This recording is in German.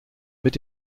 mit